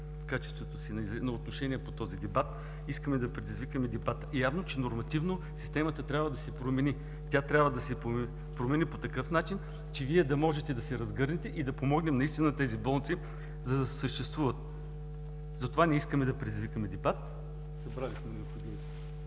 в качеството си на страна в този дебат, искаме да предизвикаме дебат. Явно, че нормативно системата трябва да се промени по такъв начин, че да можете да се разгърнете и да помогнем на тези болници да съществуват. Затова искаме да предизвикаме дебат, събрали сме необходимите